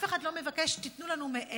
אף אחד לא מבקש שתיתנו לנו מעבר,